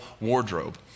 wardrobe